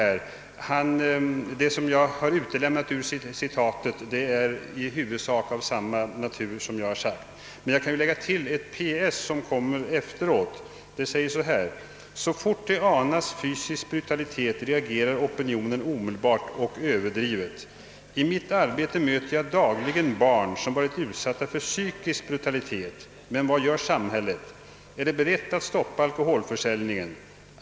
Vad jag utelämnade ur citatet var i huvudsak av samma natur som det jag åberopade, men jag kan Jlägga till ett P.S. : »Så fort det anas fysisk brutalitet reagerar opinionen omedelbart och överdrivet. I mitt arbete möter jag dagligen barn som varit utsatta för psykisk brutalitet. Men vad gör samhället? Är det berett att stoppa alkoholförsäljningen?